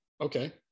okay